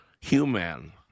human